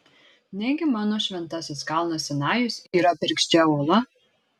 negi mano šventasis kalnas sinajus yra bergždžia uola